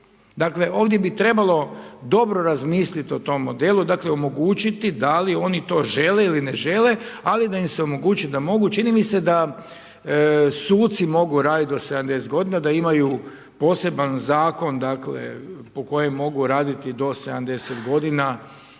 Dakle, ovdje bi trebalo dobro razmisliti o tom modelu, dakle, omogućiti da li oni to žele ili ne žele, ali da im se omogući da mogu. Čini mi da suci mogu raditi do 70 godina, da imaju poseban Zakon, dakle, po kojem mogu raditi do 70 godina